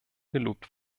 gelobt